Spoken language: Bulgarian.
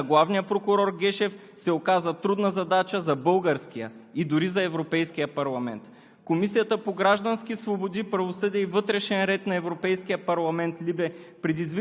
Въпреки Конституцията, въпреки законите, изслушването на премиера Борисов и на главния прокурор Гешев се оказа трудна задача за българския и дори за Европейския парламент.